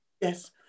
Yes